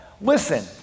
listen